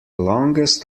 longest